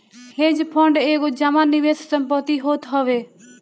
hedge fund एगो जमा निवेश संपत्ति होत हवे